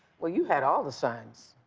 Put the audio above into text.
well, you had all the signs.